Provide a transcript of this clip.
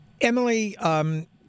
Emily